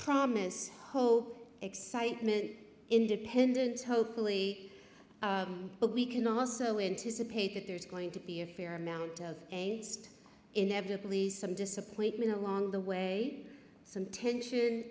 promise whole excitement independence hopefully but we can also in to suppose that there is going to be a fair amount of inevitably some disappointment along the way some tension